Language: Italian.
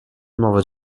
nuova